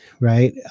right